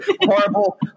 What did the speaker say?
horrible